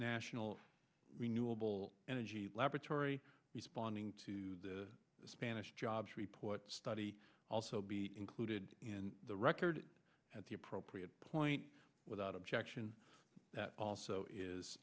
national renewable energy laboratory responding to the spanish jobs report study also be included in the record at the appropriate point without objection that also is